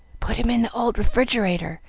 put him in the old refrigerator,